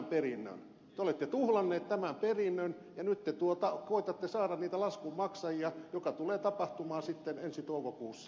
te olette tuhlanneet tämän perinnön ja nyt te koetatte saada niitä maksajia laskulle joka tulee tapahtumaan sitten ensi toukokuussa